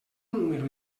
número